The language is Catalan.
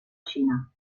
xina